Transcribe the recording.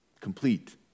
complete